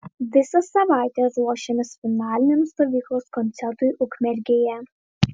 visą savaitę ruošėmės finaliniam stovyklos koncertui ukmergėje